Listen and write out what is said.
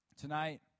Tonight